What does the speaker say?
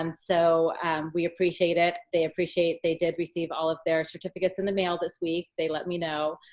um so we appreciate it. they appreciate they did receive all of their certificates in the mail this week. they let me know.